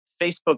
Facebook